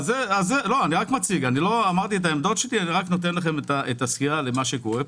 אני נותן לכם את הסקירה למה קורה פה.